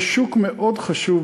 זה שוק מאוד חשוב